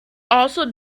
also